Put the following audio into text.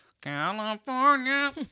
California